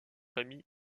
famille